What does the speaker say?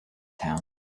town